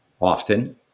often